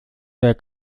der